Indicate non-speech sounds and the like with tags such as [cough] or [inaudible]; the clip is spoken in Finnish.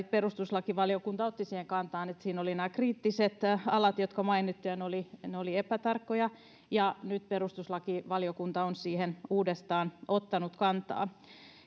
[unintelligible] perustuslakivaliokunta otti kantaa nämä kriittiset alat jotka mainittiin olivat epätarkkoja ja nyt perustuslakivaliokunta on siihen uudestaan ottanut kantaa